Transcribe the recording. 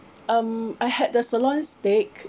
um I had the sirloin steak